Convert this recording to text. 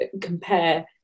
compare